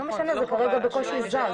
זה לא משנה, זה בקושי זז.